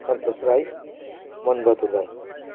Santosh Rai Manbahadur Rai